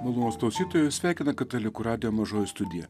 malonūs klausytojai jus sveikina katalikų radijo mažoji studija